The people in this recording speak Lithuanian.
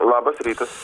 labas rytas